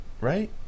right